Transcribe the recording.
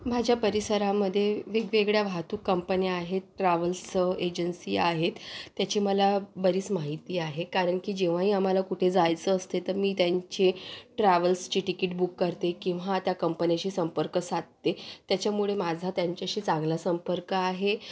माझ्या परिसरामध्ये वेगवेगळ्या वाहतूक कंपन्या आहेत ट्रॅव्हल्सचं एजन्सी आहेत त्याची मला बरीच माहिती आहे कारण की जेव्हाही आम्हाला कुठे जायचं असते तर मी त्यांचे ट्रॅव्हल्सचे टिकीट बुक करते किंवा त्या कंपनीशी संपर्क साधते त्याच्यामुळे माझा त्यांच्याशी चांगला संपर्क आहे